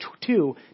two